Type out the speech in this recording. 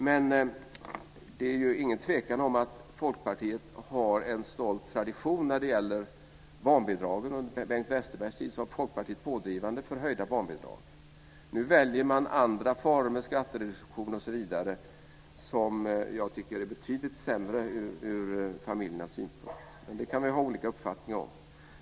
Men det är ju ingen tvekan om att Folkpartiet har en stolt tradition när det gäller barnbidragen. Under Bengt Westerbergs tid var Folkpartiet pådrivande för höjda barnbidrag. Nu väljer man andra former, skattereduktion osv. som jag tycker är betydligt sämre ur familjernas synvinkel - men det kan vi ha olika uppfattning om.